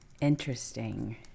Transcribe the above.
interesting